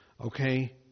okay